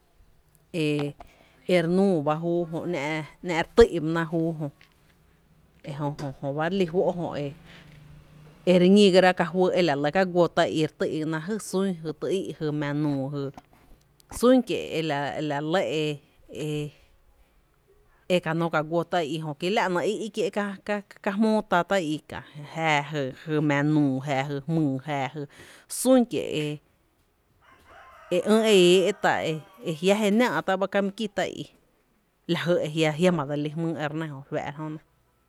E re nuu ba júú jö, ‘ná’ e re tý’ba na júú jö e jö Jó ba re lí fó’ jö e ere ñigara ka fy e la re lɇ ka guó tá’ i i e re tý’gana la jy sun jy í’ jy mⱥⱥ nuu jy, sún kie’ la lɇ e e e ka nó k aguó tá’ i i jö ki lá ‘néé’ í’ kié’ ka jmóó ta tá’ i i, jáá jy mⱥⱥ nuu, jáá jy jmyy, sún kie’ e e ÿÿ e éé’ sún kie ta jia’ jenⱥⱥ’ ba ka mi ki tá i i, la jy e jiama dse lí jmýý e re nɇ.